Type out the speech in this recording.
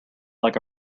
like